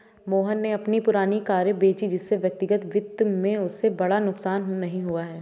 मोहन ने अपनी पुरानी कारें बेची जिससे व्यक्तिगत वित्त में उसे बड़ा नुकसान नहीं हुआ है